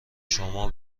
شما